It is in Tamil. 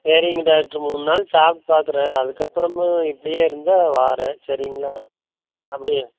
சரிங்க டாக்டரு மூணு நாள் சாப்பிட்டு பார்க்குறேன் அதுக்கப்புறமும் இப்படியே இருந்தால் வரேன் சரிங்களா அப்படி